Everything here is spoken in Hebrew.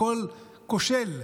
הכול כושל.